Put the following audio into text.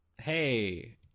Hey